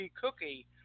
Cookie